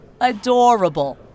adorable